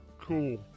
Cool